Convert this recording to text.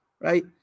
right